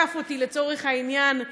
עקף אותי, לצורך העניין,